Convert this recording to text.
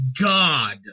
god